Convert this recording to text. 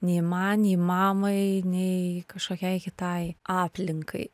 nei man nei mamai nei kažkokiai kitai aplinkai